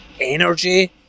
energy